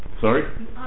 sorry